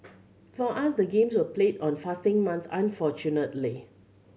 for us the games were played on fasting month unfortunately